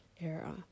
era